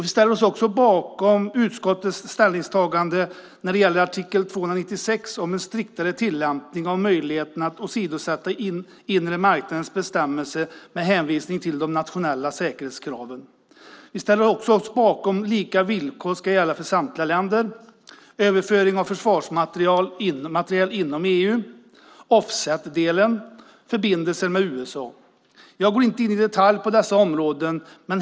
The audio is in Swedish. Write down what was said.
Vi ställer oss bakom utskottets ställningstagande till artikel 296 om en striktare tillämpning av möjligheterna att åsidosätta inre marknadens bestämmelser med hänvisning till de nationella säkerhetskraven. Vi ställer oss också bakom att lika villkor ska gälla för samtliga länder, överföring av försvarsmateriel inom EU, offsetdelen och förbindelser med USA. Jag går inte in i detalj på dessa områden.